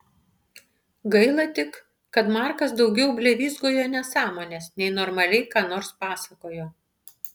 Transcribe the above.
gaila tik kad markas daugiau blevyzgojo nesąmones nei normaliai ką nors pasakojo